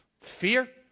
Fear